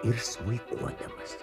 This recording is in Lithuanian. ir smuikuodamas